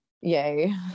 yay